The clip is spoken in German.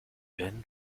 wenn